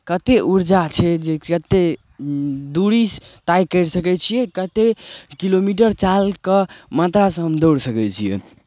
कतेक ऊर्जा छै जे कतेक दूरी तय करि सकै छियै कतेक किलोमीटर चालके मात्रासँ हम दौड़ि सकै छियै